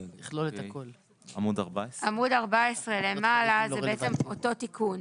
עמוד 14 למעלה זה אותו תיקון